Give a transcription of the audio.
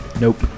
Nope